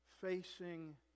facing